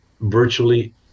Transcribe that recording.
virtually